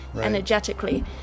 energetically